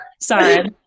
sorry